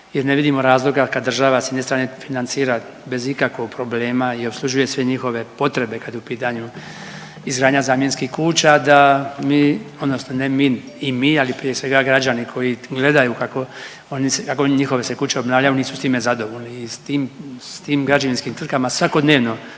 jer ne vidimo razloga kad država s jedne strane financira bez ikakvog problema i obslužuje sve njihove potrebe kad je u pitanju izgradnja zamjenskih kuća da mi odnosno ne mi i mi, ali prije svega građani koji gledaju kako oni se, kako njihove se kuće obnavljaju nisu s time zadovoljni. I s tim, s tim građevinskim tvrtkama svakodnevno